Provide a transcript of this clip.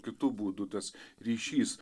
kitu būdu tas ryšys